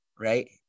right